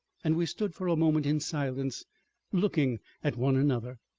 and we stood for a moment in silence looking at one another.